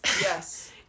yes